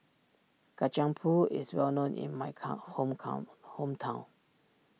Kacang Pool is well known in my calm home calm hometown